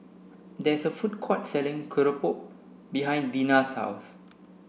there's a food court selling Keropok behind Deena's house